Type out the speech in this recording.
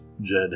Jed